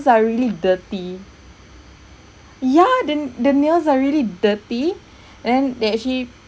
are really dirty ya then the nails are really dirty and then they actually